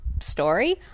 Story